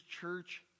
church